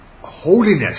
holiness